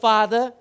Father